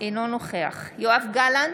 אינו נוכח יואב גלנט,